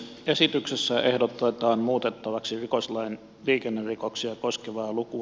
esityksessä ehdotetaan muutettavaksi rikoslain liikennerikoksia koskevaa lukua